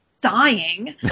dying